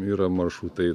yra maršrutai